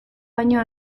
baino